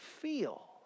feel